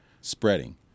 spreading